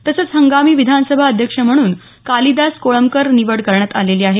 तसंच हंगामी विधानसभा अध्यक्ष म्हणून कालिदास कोळंबरकर निवड करण्यात आलेली आहे